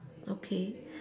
okay